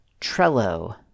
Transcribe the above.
Trello